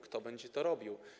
Kto będzie to robił?